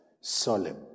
solemn